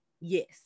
Yes